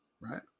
right